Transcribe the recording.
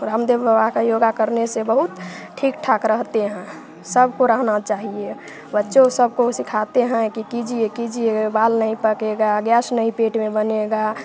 रामदेव बाबा का योगा करने से बहुत ठीक ठाक रहते हैं सबको रहना चाहिए बच्चों सबको सिखाते हैं कि कीजिए कीजिए बाल नहीं पकेगा गैश नहीं पेट में बनेगा